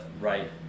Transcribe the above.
Right